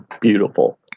beautiful